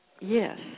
yes